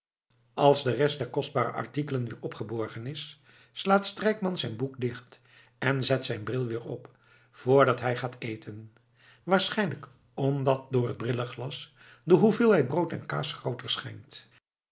als de rest der kostbare artikelen weer opgeborgen is slaat strijkman zijn boek dicht en zet zijn bril weer op voordat hij gaat eten waarschijnlijk omdat door t brillenglas de hoeveelheid brood en kaas grooter schijnt